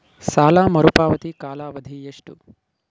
ಸಾಲ ಮರುಪಾವತಿಯ ಕಾಲಾವಧಿ ಎಷ್ಟು?